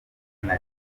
zina